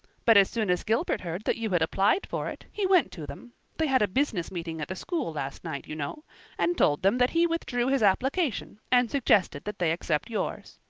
but as soon as gilbert heard that you had applied for it he went to them they had a business meeting at the school last night, you know and told them that he withdrew his application, and suggested that they accept yours.